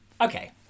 Okay